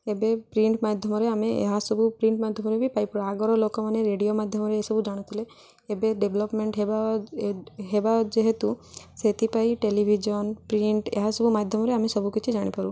ଏବେ ପ୍ରିଣ୍ଟ ମାଧ୍ୟମରେ ଆମେ ଏହାସବୁ ପ୍ରିଣ୍ଟ ମାଧ୍ୟମରେ ବି ପାଇପାରୁ ଆଗରୁ ଲୋକମାନେ ରେଡ଼ିଓ ମାଧ୍ୟମରେ ଏସବୁ ଜାଣିଥିଲେ ଏବେ ଡେଭଲପମେଣ୍ଟ ହେବା ହେବା ଯେହେତୁ ସେଥିପାଇଁ ଟେଲିଭିଜନ ପ୍ରିଣ୍ଟ ଏହାସବୁ ମାଧ୍ୟମରେ ଆମେ ସବୁକିଛି ଜାଣିପାରୁ